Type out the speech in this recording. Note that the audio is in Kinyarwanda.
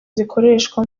zikoreshwa